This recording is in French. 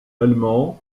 allemand